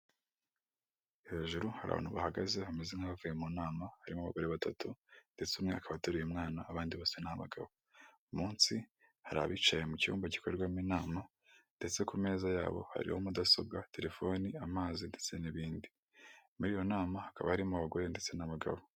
Hejuru hari abantu bahagaze hameze nk'abavuye mu nama harimo abagore batatu ndetse umwe akaba ateruye umwana, abandi bose ni abagabo, munsi hari abicaye mu cyumba gikorwarwamo inama ndetse ku meza yabo hariho mudasobwa, telefoni, amazi ndetse n'ibindi, muri iyo nama hakaba harimo abagore ndetse n'abagabo.